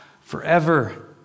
forever